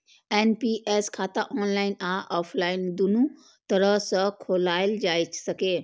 NPS खाता online आ offline, दुनू तरह सं खोलाएल जा सकैए